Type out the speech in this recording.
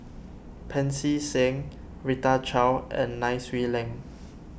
Pancy Seng Rita Chao and Nai Swee Leng